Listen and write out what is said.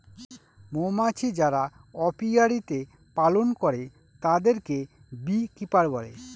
মৌমাছি যারা অপিয়ারীতে পালন করে তাদেরকে বী কিপার বলে